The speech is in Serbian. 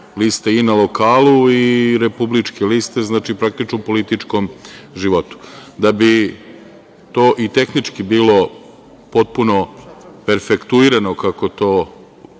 i na lokalu i republičke liste, znači, praktično u političkom životu. Da bi to i tehnički bilo potpuno perfektuirano, kako to